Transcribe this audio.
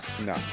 No